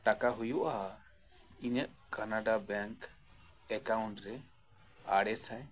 ᱴᱟᱠᱟ ᱦᱩᱭᱩᱜᱼᱟ ᱤᱧᱟᱹᱜ ᱠᱟᱱᱟᱰᱟ ᱵᱮᱝᱠ ᱮᱠᱟᱣᱩᱱᱴ ᱨᱮ ᱟᱨᱮ ᱥᱟᱭ